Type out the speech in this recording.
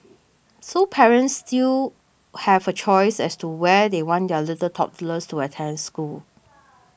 so parents still have a choice as to where they want their little toddlers to attend school